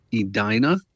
Edina